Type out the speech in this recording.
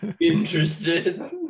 interested